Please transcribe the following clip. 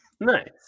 nice